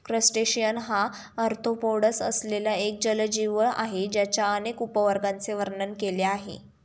crustacean हा arthropods असलेला एक जलजीव आहे ज्याच्या अनेक उपवर्गांचे वर्णन केले आहे